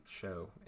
show